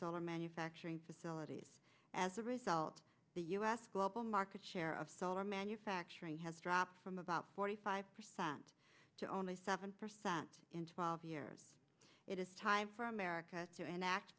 solar manufacturing facilities as a result the u s global market share of solar manufacturing has dropped from about forty five percent to only seven percent in twelve years it is time for america to enact